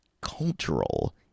Cultural